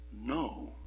no